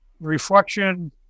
reflection